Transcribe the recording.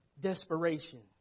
desperation